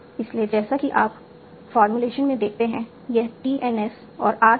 इसलिए जैसा कि आप फॉर्म्युलेशन में देखते हैं यह T N S और R है